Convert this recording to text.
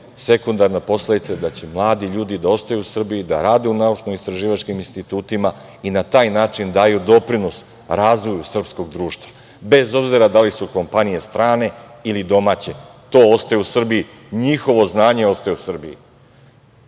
sekundarna posledica da će mladi ljudi da ostaju u Srbiji, da rade u naučno-istraživačkim institutima i na taj način da daju doprinos razvoju srpskog društva. Bez obzira da li su kompanije strane ili domaće, to ostaje u Srbiji, njihovo znanje ostaje u Srbiji. Čini